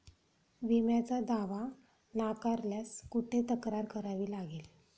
विम्याचा दावा नाकारल्यास कुठे तक्रार करावी लागेल?